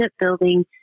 building